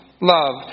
love